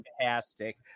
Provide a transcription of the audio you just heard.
Fantastic